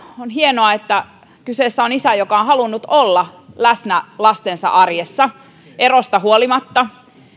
on hienoa että kyseessä on isä joka on halunnut olla läsnä lastensa arjessa erosta huolimatta